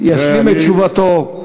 ישלים את תשובתו.